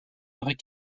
arrêt